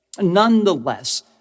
Nonetheless